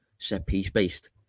set-piece-based